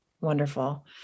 wonderful